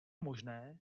možné